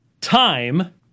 time